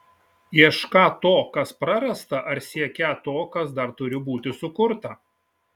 iešką to kas prarasta ar siekią to kas dar turi būti sukurta